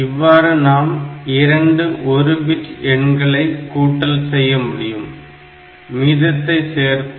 இவ்வாறு நாம் இரண்டு 1 பிட் எண்களை கூட்டல் செய்ய முடியும் மீதத்தையும் சேர்த்து